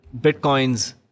Bitcoin's